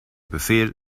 befehl